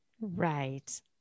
Right